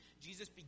Jesus